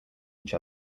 each